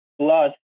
Plus